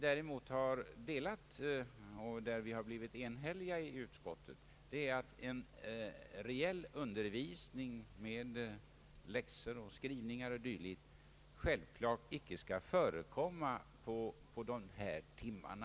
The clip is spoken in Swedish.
Däremot har vi inom utskottet delat den uppfattningen att någon reell undervisning — med läxor, skrivningar o. d. — självfallet icke skall förekomma under dessa lektioner.